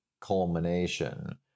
culmination